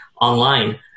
online